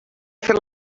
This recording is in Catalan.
fer